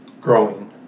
growing